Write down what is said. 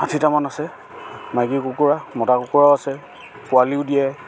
ষাঠিটামান আছে মাইকী কুকুৰা মতা কুকুৰাও আছে পোৱালিও দিয়ে